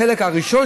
בחלק הראשון,